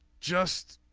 just